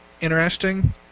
interesting